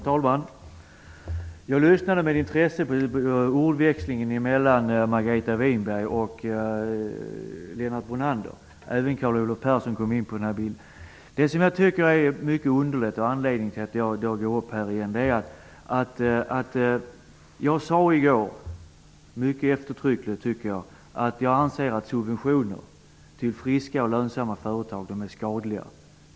Herr talman! Jag lyssnade med intresse på ordväxlingen mellan Margareta Winberg och Lennart Brunander. Det gäller också Carl Olov Det är en sak här som är mycket underlig, och det är för övrigt detta som är anledningen till att jag går upp i debatten återigen. I går sade jag nämligen -- mycket eftertryckligt, tycker jag -- att jag anser att subventioner till friska och lönsamma företag är skadliga.